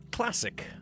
classic